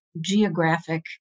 geographic